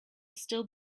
still